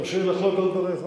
תרשה לי לחלוק על דבריך.